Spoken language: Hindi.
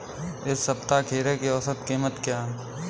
इस सप्ताह खीरे की औसत कीमत क्या है?